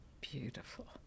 Beautiful